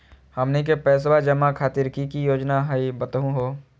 हमनी के पैसवा जमा खातीर की की योजना हई बतहु हो?